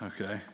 okay